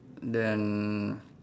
then